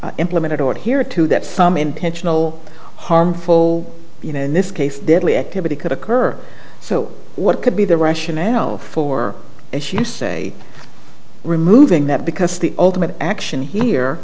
properly implemented or here too that some intentional harmful you know in this case deadly activity could occur so what could be the rationale for as you say removing that because the ultimate action here